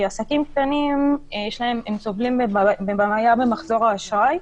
עסקים קטנים סובלים מבעיה במחזור האשראי.